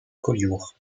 collioure